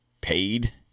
paid